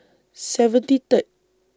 seventy Third